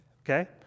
Okay